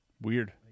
Weird